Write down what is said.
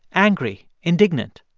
angry, indignant.